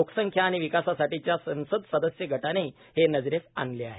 लोकसंख्या आणि विकासासाठीच्या संसद सदस्य गटानेही हे नजरेस आणले आहे